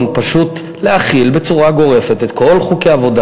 פשוט להחיל בצורה גורפת את כל חוקי העבודה,